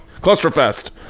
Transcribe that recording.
Clusterfest